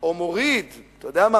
או מוריד, אתה יודע מה?